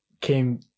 came